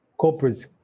corporates